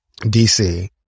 DC